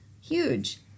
Huge